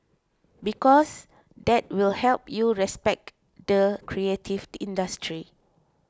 because that will help you respect the creative industry